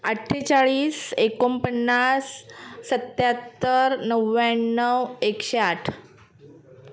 अठ्ठेचाळीस एकोणपन्नास सत्याहत्तर नव्याण्णव एकशेआठ